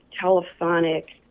telephonic